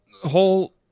whole